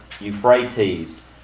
Euphrates